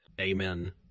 Amen